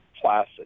placid